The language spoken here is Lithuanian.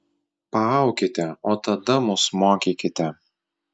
paaukite o tada mus mokykite